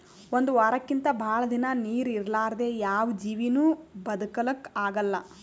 ಒಂದ್ ವಾರಕ್ಕಿಂತ್ ಭಾಳ್ ದಿನಾ ನೀರ್ ಇರಲಾರ್ದೆ ಯಾವ್ ಜೀವಿನೂ ಬದಕಲಕ್ಕ್ ಆಗಲ್ಲಾ